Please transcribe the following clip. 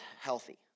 healthy